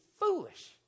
foolish